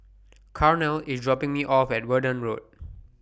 Carnell IS dropping Me off At Verdun Road